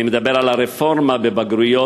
אני מדבר על הרפורמה בבגרויות,